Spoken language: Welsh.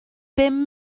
bum